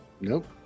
Nope